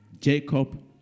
Jacob